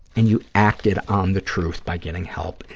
and you acted on the truth by getting help,